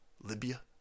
Libya